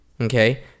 Okay